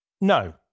no